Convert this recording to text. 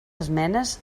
esmenes